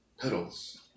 Petal's